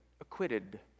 acquitted